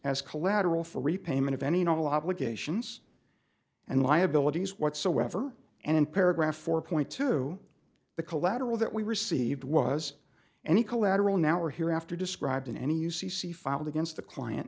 as collateral for repayment of any and all obligations and liabilities whatsoever and in paragraph four point two the collateral that we received was any collateral now or hereafter described in any u c c filed against the client